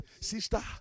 Sister